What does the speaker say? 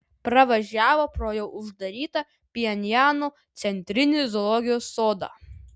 pravažiavo pro jau uždarytą pchenjano centrinį zoologijos sodą